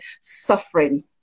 suffering